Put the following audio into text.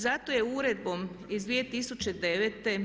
Zato je Uredbom iz 2009.